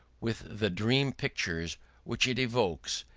with the dream pictures which it evokes,